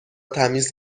تمیز